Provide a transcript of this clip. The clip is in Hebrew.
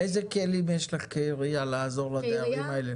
איזה כלים יש לך כעירייה לעזור לדיירים האלה?